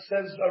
says